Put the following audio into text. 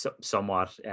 somewhat